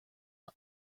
out